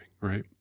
right